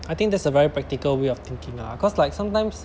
I think that's a very practical way of thinking lah cause like sometimes